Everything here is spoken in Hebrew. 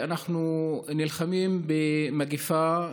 אנחנו נלחמים במגפה,